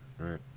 right